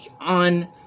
on